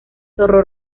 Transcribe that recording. zorro